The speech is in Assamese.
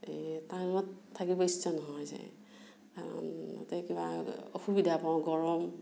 এই টাউনত থাকিব ইচ্ছা নোহোৱা হৈ যায় কিবা অসুবিধা পাওঁ গৰম